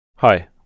Hi